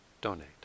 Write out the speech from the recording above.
donate